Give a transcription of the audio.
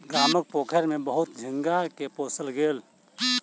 गामक पोखैर में बहुत झींगा के पोसल गेल